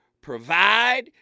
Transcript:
provide